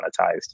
monetized